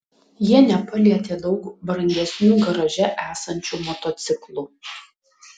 jie nepalietė daug brangesnių garaže esančių motociklų